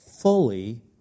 Fully